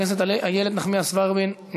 חברת הכנסת איילת נחמיאס ורבין,